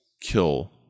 kill